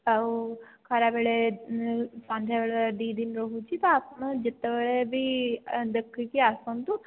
ଆଉ ଖରାବେଳେ ସନ୍ଧ୍ୟାବେଳେ ଦୁଇଦିନ ରହୁଛି ତ ଆପଣ ଯେତେବେଳେ ବି ଦେଖିକି ଆସନ୍ତୁ